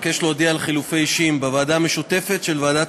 אבקש להודיע על חילופי אישים בוועדה המשותפת של ועדת